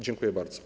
Dziękuję bardzo.